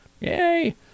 Yay